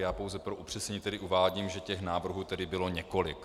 Já pouze pro upřesnění uvádím, že těch návrhů tedy bylo několik.